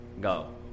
Go